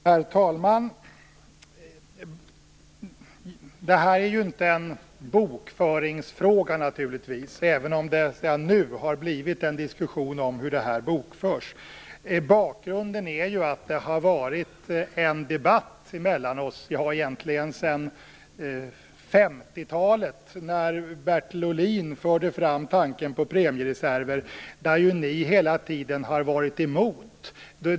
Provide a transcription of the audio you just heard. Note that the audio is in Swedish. Herr talman! Det är naturligtvis inte en bokföringsfråga, även om det nu har uppstått en diskussion om bokföringen. Bakgrunden är att det har förts en debatt mellan oss egentligen sedan 1950-talet, när Bertil Ohlin förde fram tanken på premiereserver. Ni har hela tiden varit emot.